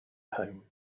home